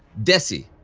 dessie?